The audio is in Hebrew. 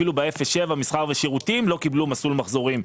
אפילו באפס עד שבעה מסחר ושירותים לא קיבלו מסלול מחזורים,